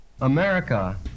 America